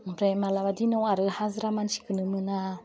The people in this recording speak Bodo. ओमफ्राय मालाबा दिनाव आरो हाजिरा मानसिखोनो मोना